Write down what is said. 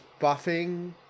buffing